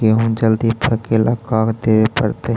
गेहूं जल्दी पके ल का देबे पड़तै?